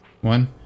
One